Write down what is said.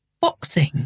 boxing